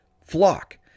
flock